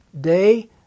day